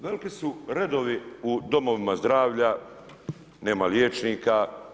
Veliki su redovi u domovima zdravlja, nema liječnika.